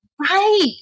right